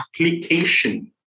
application